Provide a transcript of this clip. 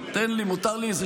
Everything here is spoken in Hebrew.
תספר לנו למה ב-2006,